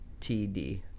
TD